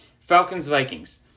Falcons-Vikings